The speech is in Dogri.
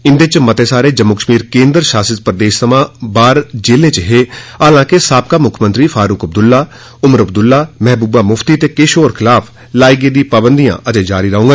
इंदे च मते सारे जम्मू कश्मीर केंद्र शासित प्रदेश थमां बाहर जेले च हे हालांके साबका मुक्खमंत्री फारूक अब्दुल्ला उमर अब्दुल्ला महबूबा मुफ्ती ते किश होर खलाफ लाई गेदी नजरबंदी अजें जारी रौहग